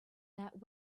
that